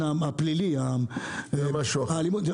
הפלילי ולא רק.